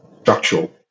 structural